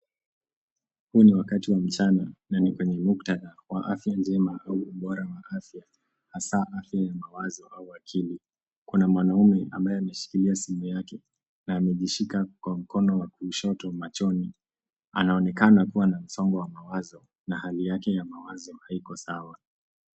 Huu ni wakati wa mchana na ni kwenye muktadha wa afya njema au ubora wa afya hasa afya ya mawazo au akili. Kuna mwanaume ambaye ameshikilia simu yake na amejishika kwa mkono wa kushoto machoni. Anaonekana kuwa na msongo wa mawazo na hali yake ya mawazo haiko sawa.